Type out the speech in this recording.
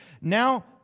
Now